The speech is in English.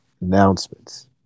Announcements